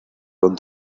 con